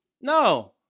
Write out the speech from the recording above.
No